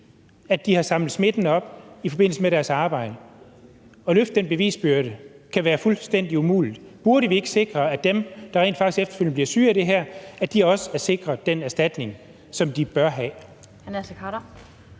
at de har samlet smitten op i forbindelse med deres arbejde? At løfte den bevisbyrde kan være fuldstændig umulig. Burde vi ikke sikre, at dem, der rent faktisk efterfølgende bliver syge af det her, også er sikret den erstatning, som de bør have?